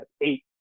eight